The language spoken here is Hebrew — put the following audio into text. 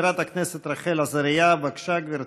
חברת הכנסת רחל עזריה, בבקשה, גברתי.